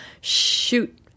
shoot